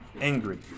angry